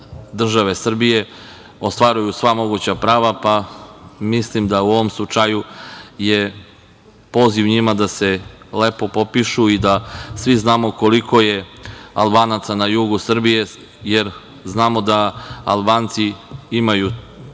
države Srbije, ostvaruju sva moguća prava, pa mislim da u ovom slučaju je poziv njima da se lepo popišu i da svi znamo koliko je Albanaca na jugu Srbije, jer znamo da Albanci imaju,